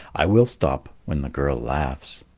i will stop when the girl laughs.